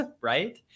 right